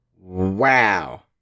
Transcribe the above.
Wow